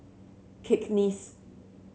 cakenis